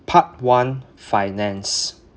part one finance